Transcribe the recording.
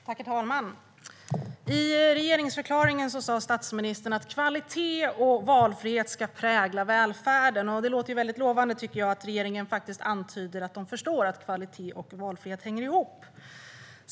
Herr talman! I regeringsförklaringen sa statsministern att kvalitet och valfrihet ska prägla välfärden. Det låter lovande att regeringen antyder att man förstår att kvalitet och valfrihet hänger ihop.